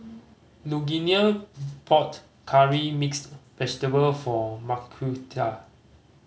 Lugenia bought Curry Mixed Vegetable for Marquita